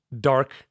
Dark